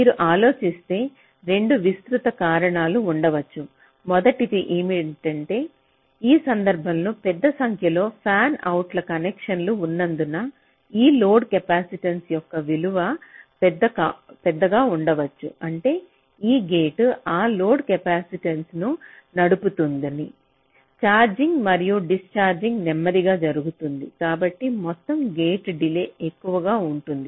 మీరు ఆలోచిస్తే 2 విస్తృత కారణాలు ఉండవచ్చు మొదటిది ఏమిటంటే ఈ సందర్భంలో పెద్ద సంఖ్యలో ఫ్యాన్అవుట్ కనెక్షన్లు ఉన్నందున ఈ లోడ్ కెపాసిటెన్స్ యొక్క విలువ పెద్దగా ఉండవచ్చు అంటే ఈ గేట్ ఆ లోడ్ కెపాసిటెన్స్ను నడుపుతుంది ఛార్జింగ్ మరియు డిశ్చార్జింగ్ నెమ్మదిగా జరుగుతుంది కాబట్టి మొత్తం గేట్ డిలే ఎక్కువగా ఉంటుంది